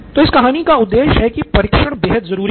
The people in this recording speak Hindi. तो इस कहानी का उद्देश्य हैं कि परीक्षण बेहद ज़रूरी है